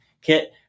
kit